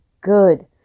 good